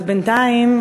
אז בינתיים,